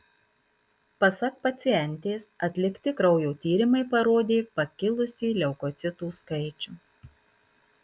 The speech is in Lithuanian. pasak pacientės atlikti kraujo tyrimai parodė pakilusį leukocitų skaičių